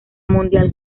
mundial